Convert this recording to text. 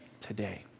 today